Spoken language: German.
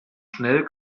schnell